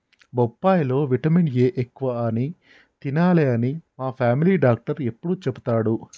బొప్పాయి లో vitamin A ఎక్కువ అని తినాలే అని మా ఫామిలీ డాక్టర్ ఎప్పుడు చెపుతాడు